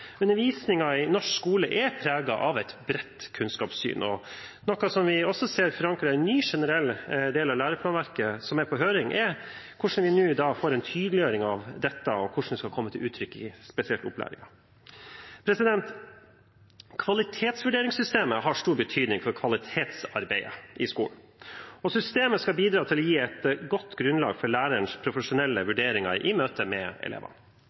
Undervisningen i norsk skole er preget av et bredt kunnskapssyn. Noe som vi også ser er forankret i en ny, generell del av læreplanverket, som er på høring, er hvordan vi nå får en tydeliggjøring av dette, og hvordan det skal komme til uttrykk i spesielt opplæringen. Kvalitetsvurderingssystemet har stor betydning for kvalitetsarbeidet i skolen. Systemet skal bidra til å gi et godt grunnlag for lærerens profesjonelle vurderinger i møtet med elevene.